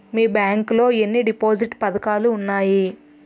మీ bank లో ఎన్ని deposit పథకాలు ఉన్నాయి?